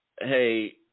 Hey